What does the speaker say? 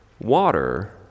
Water